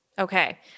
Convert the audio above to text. Okay